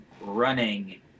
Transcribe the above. running